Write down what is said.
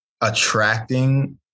attracting